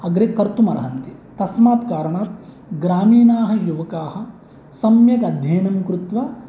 अग्रे कर्तुम् अर्हन्ति तस्मात् कारणात् ग्रामीणाः युवकाः सम्यक् अध्ययनं कृत्वा